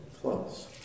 close